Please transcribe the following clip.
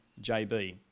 JB